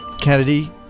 Kennedy